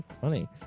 Funny